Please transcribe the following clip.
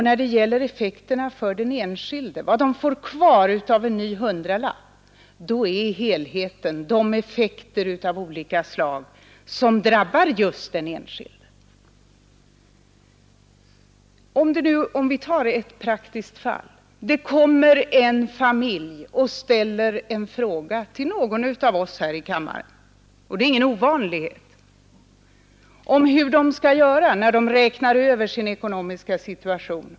När det gäller vad den enskilde får kvar av en hundralapp, är helheten de effekter av olika slag som drabbar just honom. Jag skall ta ett praktiskt fall. En familj vänder sig till någon av oss här i kammaren och frågar — och det är ingen ovanlighet — hur de skall göra, när de ser över sin ekonomiska situation.